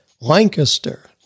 lancaster